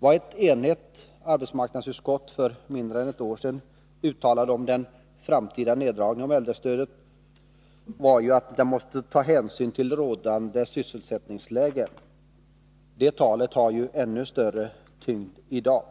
Det som ett enigt arbetsmarknadsutskott för mindre än ett år sedan uttalade, nämligen att man i samband med den framtida neddragningen av äldrestödet måste ta hänsyn till rådande sysselsättningsläge, har ännu större tyngd i dag.